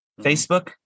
facebook